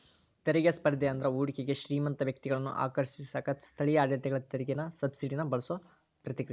ತೆರಿಗೆ ಸ್ಪರ್ಧೆ ಅಂದ್ರ ಹೂಡಿಕೆಗೆ ಶ್ರೇಮಂತ ವ್ಯಕ್ತಿಗಳನ್ನ ಆಕರ್ಷಿಸಕ ಸ್ಥಳೇಯ ಆಡಳಿತಗಳ ತೆರಿಗೆ ಸಬ್ಸಿಡಿನ ಬಳಸೋ ಪ್ರತಿಕ್ರಿಯೆ